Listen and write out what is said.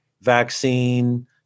vaccine